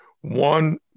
One